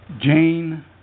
Jane